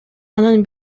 анын